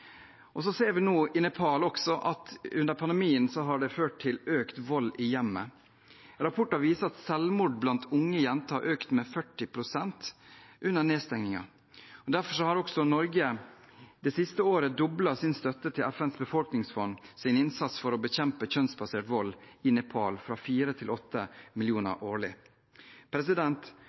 ser at også i Nepal har pandemien ført til økt vold i hjemmet. Rapporter viser at selvmord blant unge jenter har økt med 40 pst. under nedstengningen. Derfor har Norge det siste året doblet sin støtte til FNs befolkningsfonds innsats for å bekjempe kjønnsbasert vold i Nepal – fra 4 mill. til 8 mill. kr årlig.